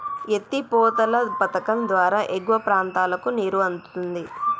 ఎత్తి పోతల పధకం ద్వారా ఎగువ ప్రాంతాలకు నీరు అందుతుంది